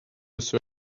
serve